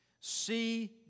see